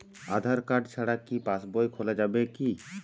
আধার card ছাড়া কি passbook খোলা যাবে কি?